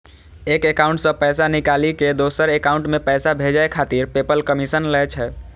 एक एकाउंट सं पैसा निकालि कें दोसर एकाउंट मे पैसा भेजै खातिर पेपल कमीशन लै छै